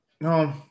no